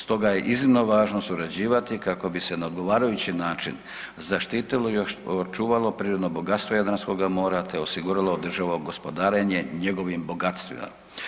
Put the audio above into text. Stoga je iznimno važno surađivati kako bi se na odgovarajući način zaštitilo i očuvalo prirodno bogatstvo Jadranskoga mora te osiguralo održivo gospodarenje njegovim bogatstvima.